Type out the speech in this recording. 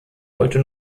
heute